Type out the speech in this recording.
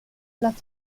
las